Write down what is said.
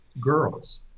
girls